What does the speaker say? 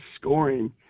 scoring